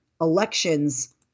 elections